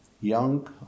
young